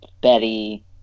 Betty